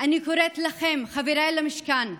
אני קוראת לכם, חבריי למשכן,